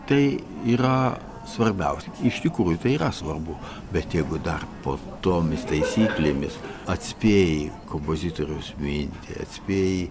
tai yra svarbiausia iš tikrųjų tai yra svarbu bet jeigu dar po tomis taisyklėmis atspėji kompozitoriaus mintį atspėji